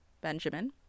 Benjamin